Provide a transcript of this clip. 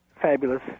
fabulous